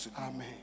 Amen